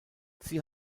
sie